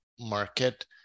market